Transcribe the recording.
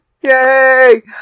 Yay